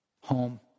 home